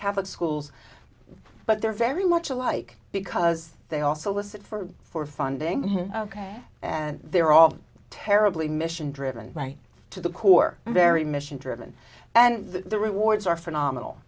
catholic schools but they're very much alike because they also listen for for funding ok and they're all terribly mission driven right to the core and very mission driven and the rewards are phenomenal